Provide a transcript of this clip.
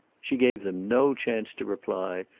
she gave them no chance to reply,